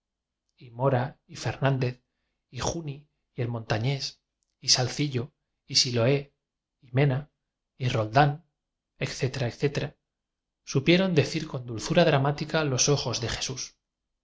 y mora y hernández y juni y el montañés y salzillo y siloe y mena y roldán etc etc supieron decir con dulzura dramática los ojos de jesús